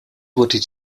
wurde